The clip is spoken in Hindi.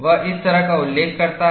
वह इस तरह का उल्लेख करता है